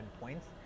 points